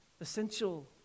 Essential